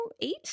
eight